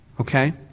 okay